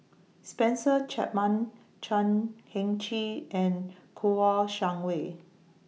Spencer Chapman Chan Heng Chee and Kouo Shang Wei